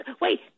Wait